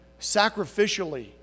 Sacrificially